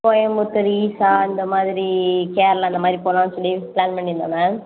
கோயம்பத்தூர் ஈஸா இந்த மாதிரி கேரளா அந்த மாதிரி போலான்னு சொல்லி பிளான் பண்ணியிருந்தோம் மேம்